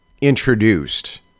introduced